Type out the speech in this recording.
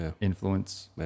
influence